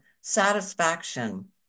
satisfaction